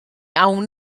awn